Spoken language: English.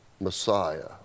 Messiah